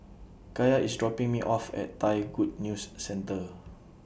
Kaia IS dropping Me off At Thai Good News Centre